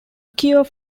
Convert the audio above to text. cure